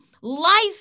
life